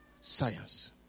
science